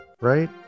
right